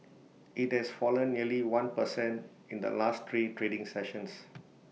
IT has fallen nearly one percent in the last three trading sessions